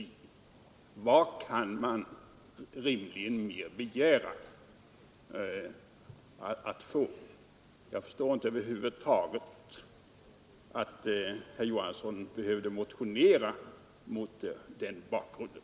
Vad kan man rimligen mer begära att få? Jag förstår över huvud taget inte att herr Johanson behövde motionera mot den bakgrunden.